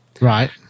Right